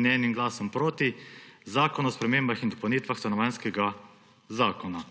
in enim glasom proti Zakon o spremembah in dopolnitvah Stanovanjskega zakona.